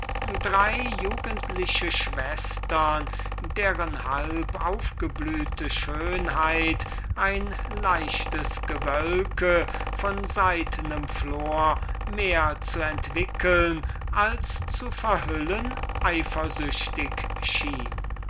drei jugendliche schwestern deren halbaufgeblühte schönheit ein leichtes gewölk von gase mehr zu entwickeln als zu verhüllen eifersüchtig schien